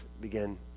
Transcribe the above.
begin